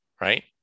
right